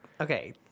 Okay